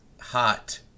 Hot